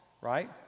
right